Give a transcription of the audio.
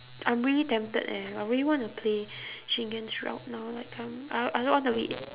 I'm really tempted eh I really want to play shingen's route now like I'm I I don't want to wait